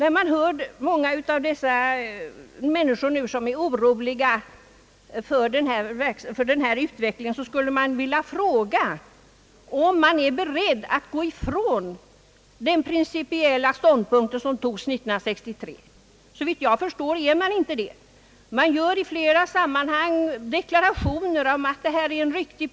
Flera här är oroliga för utvecklingen i fråga om järnvägen. Man skulle vilja fråga: Är de beredda att gå ifrån den principiella ståndpunkt som intogs år 1963. Såvitt jag förstår är de inte beredda att göra det. Man får i olika sammanhang höra deklarationer om att principen är riktig.